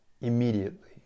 immediately